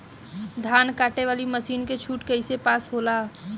धान कांटेवाली मासिन के छूट कईसे पास होला?